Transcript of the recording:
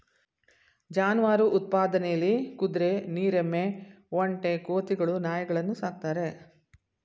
ಜಾನುವಾರು ಉತ್ಪಾದನೆಲಿ ಕುದ್ರೆ ನೀರ್ ಎಮ್ಮೆ ಒಂಟೆ ಕೋತಿಗಳು ನಾಯಿಗಳನ್ನು ಸಾಕ್ತಾರೆ